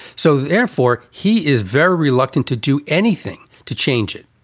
so therefore, he is very reluctant to do anything to change it.